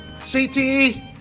CTE